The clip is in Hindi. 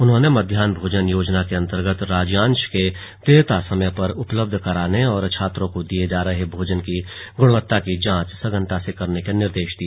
उन्होंने मध्याहन भोजन योजना के अन्तर्गत राज्यांश की देयता समय पर उपलब्ध कराने और छात्रों को दिये जा रहे भोजन की गुणवत्ता की जांच सघनता से करने के निर्देश दिए